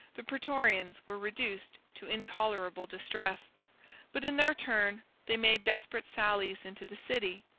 the praetorians were reduced to intolerable distress but in their turn they made desperate sallies into the city,